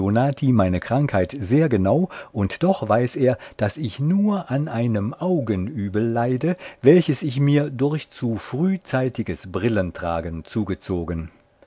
celionati meine krankheit sehr genau und doch weiß er daß ich nur an einem augenübel leide welches ich mir durch zu früh zeitiges brillentragen zugezogen